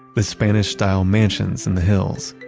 the spanish-style mansions in the hills,